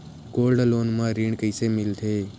Gold loan म ऋण कइसे मिलथे?